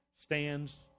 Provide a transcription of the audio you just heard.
stands